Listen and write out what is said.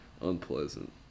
unpleasant